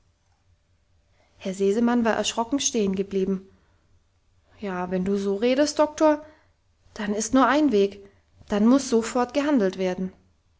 herr sesemann war erschrocken stehen geblieben ja wenn du so redest doktor dann ist nur ein weg dann muss sofort gehandelt werden